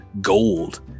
gold